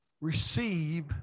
receive